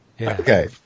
Okay